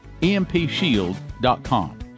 EMPshield.com